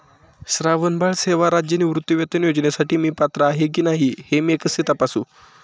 श्रावणबाळ सेवा राज्य निवृत्तीवेतन योजनेसाठी मी पात्र आहे की नाही हे मी कसे तपासू?